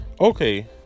Okay